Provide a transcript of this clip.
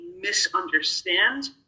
misunderstand